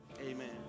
Amen